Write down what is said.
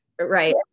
right